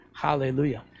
Hallelujah